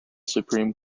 supreme